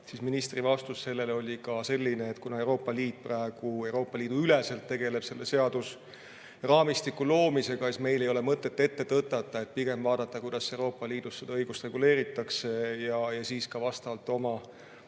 oli ministri vastus selline, et kuna Euroopa Liit praegu Euroopa Liidu üleselt tegeleb selle seadusraamistiku loomisega, siis meil ei ole mõtet ette tõtata, vaid pigem [tuleb] vaadata, kuidas Euroopa Liidus seda õigust reguleeritakse, ja siis ka vastavalt oma